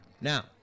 Now